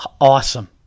awesome